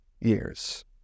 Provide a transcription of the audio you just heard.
years